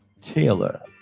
Taylor